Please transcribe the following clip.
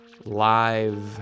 live